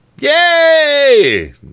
Yay